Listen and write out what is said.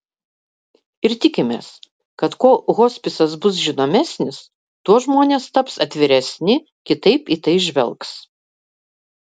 ir tikimės kad kuo hospisas bus žinomesnis tuo žmonės taps atviresni kitaip į tai žvelgs